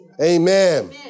Amen